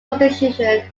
constitution